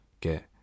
Get